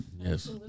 yes